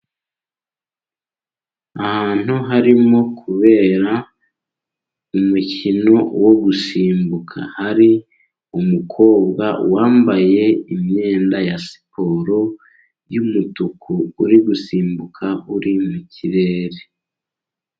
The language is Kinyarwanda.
Ahantu harimo kubera umukino wo gusimbuka, hari umukobwa wambaye imyenda ya siporo y'umutuku, uri gusimbuka uri mu kirere.